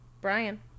Brian